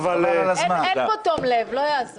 סעיף 2 לא רלוונטי.